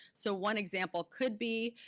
so one example could be